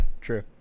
true